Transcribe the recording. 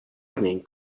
evening